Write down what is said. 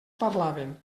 parlaven